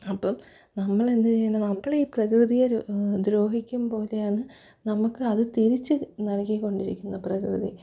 അപ്പോള് നമ്മളെന്ത് ചെയ്യുന്നു നമ്മളീ പ്രകൃതിയെ ദ്രോഹിക്കും പോലെയാണ് നമ്മള്ക്ക് അത് തിരിച്ചും നൽകിക്കൊണ്ടിരിക്കുന്നത് പ്രകൃതി